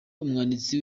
umwanditsi